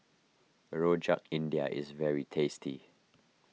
Rojak India is very tasty